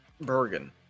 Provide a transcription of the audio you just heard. Bergen